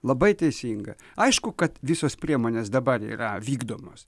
labai teisinga aišku kad visos priemonės dabar yra vykdomos